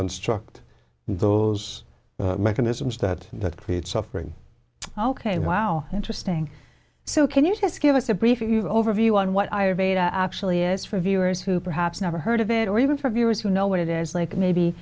deconstruct those mechanisms that that creates suffering ok wow interesting so can you just give us a brief overview on what i have a to actually is for viewers who perhaps never heard of it or even for viewers who know what it is like maybe